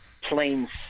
Planes